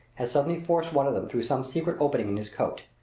had suddenly forced one of them through some secret opening in his coat.